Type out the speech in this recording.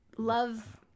Love